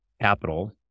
capital